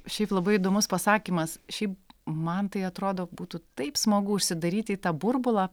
šiaip labai įdomus pasakymas šiaip man tai atrodo būtų taip smagu užsidaryt į tą burbulą